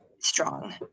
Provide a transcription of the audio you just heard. strong